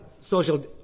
social